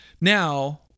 Now